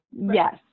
Yes